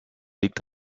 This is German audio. liegt